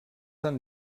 han